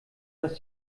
dass